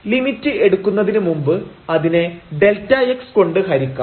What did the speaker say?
limit എടുക്കുന്നതിന് മുമ്പ് ഇതിനെ Δx കൊണ്ട് ഹരിക്കാം